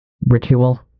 ritual